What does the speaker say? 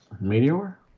meteor